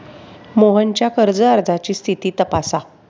मोहनच्या कर्ज अर्जाची स्थिती तपासा